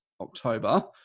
October